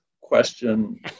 question